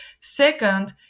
Second